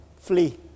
flee